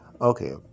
okay